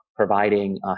providing